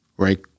Right